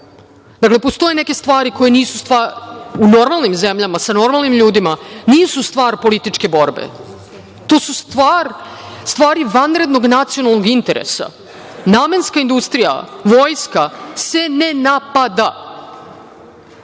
čula. Dakle, postoje neke stvari u normalnim zemljama, sa normalnim ljudima, nisu stvar političke borbe. To su stvari vanrednog nacionalnog interesa. Namenska industrija, vojska se ne